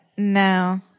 No